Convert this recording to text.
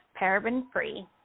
paraben-free